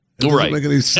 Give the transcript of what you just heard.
right